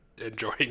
enjoying